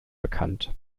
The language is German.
bekannt